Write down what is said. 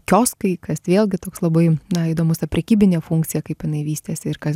kioskai kas vėlgi toks labai na įdomus prekybinė funkcija kaip jinai vystėsi ir kas